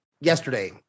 yesterday